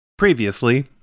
previously